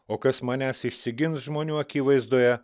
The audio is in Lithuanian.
o kas manęs išsigins žmonių akivaizdoje